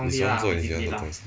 你喜欢做你喜欢的东西